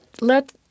let